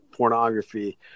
pornography